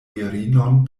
virinon